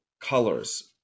colors